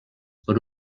per